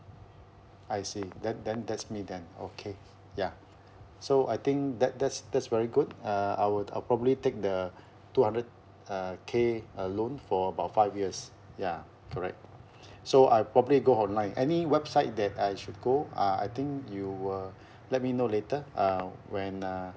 I see then then that's me then okay ya so I think that that's that's very good uh I'll I'll probably take the two hundred uh K uh loan for about five years ya correct so I'll probably go online any website that I should go uh I think you will let me know later uh when uh